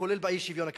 כולל באי-שוויון הכלכלי.